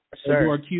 Sir